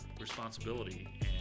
responsibility